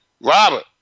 Robert